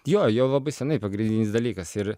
jo jau labai senai pagrindinis dalykas ir